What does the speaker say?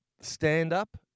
Stand-up